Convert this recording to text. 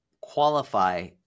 qualify